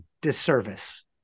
disservice